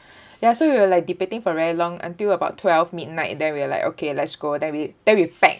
ya so we were like debating for very long until about twelve midnight then we are like okay let's go then we then we packed